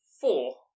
four